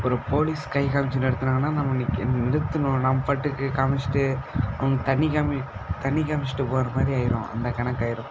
ஒரு போலீஸ் கை காமித்து நிறுத்துனாங்கன்னால் நம்ம நிற்க நிறுத்தணும் நம்ம பாட்டுக்கு காமிச்சுட்டு அவங்களுக்கு தண்ணி காமி தண்ணி காமிச்சுட்டு போகிற மாதிரி ஆகிரும் அந்த கணக்கு ஆகிரும்